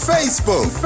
Facebook